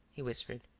he whispered.